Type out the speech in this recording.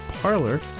parlor